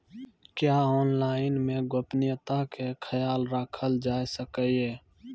क्या ऑनलाइन मे गोपनियता के खयाल राखल जाय सकै ये?